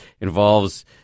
involves